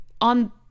on